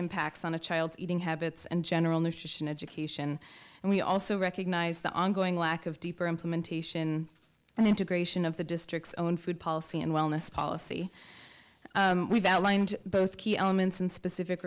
impacts on a child's eating habits and general nutrition education and we also recognise the ongoing lack of deeper implementation and integration of the district's own food policy and wellness policy we've outlined both key elements and specific